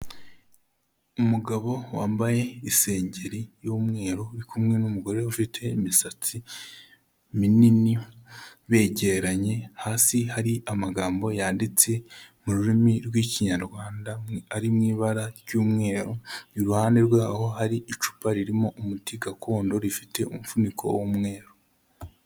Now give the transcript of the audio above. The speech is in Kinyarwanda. Umugabo wambaye isengeri y'umweru uri kumwe n'umugore ufite imisatsi minini begeranye, hasi hari amagambo yanditse mu rurimi rw'Ikinyarwanda ari mu ibara ry'umweru, iruhande rwaho hari icupa ririmo umuti gakondo rifite umufuniko w'umweru.